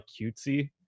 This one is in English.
cutesy